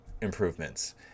improvements